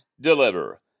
deliver